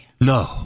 no